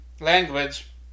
language